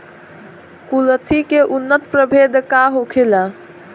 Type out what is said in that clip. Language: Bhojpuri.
कुलथी के उन्नत प्रभेद का होखेला?